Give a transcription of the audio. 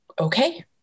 okay